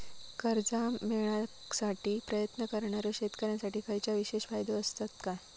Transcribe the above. कर्जा मेळाकसाठी प्रयत्न करणारो शेतकऱ्यांसाठी खयच्या विशेष फायदो असात काय?